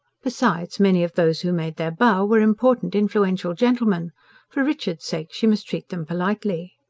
besides, many of those who made their bow were important, influential gentlemen for richard's sake she must treat them politely.